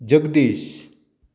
Jagdish